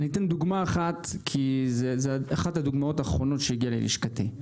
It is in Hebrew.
אני אתן דוגמה אחת כי זה אחת הדוגמאות האחרונות שהגיעה ללשכתי.